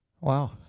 Wow